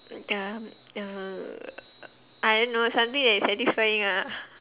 um err I don't know something that is satisfying ah